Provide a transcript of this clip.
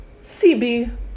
CB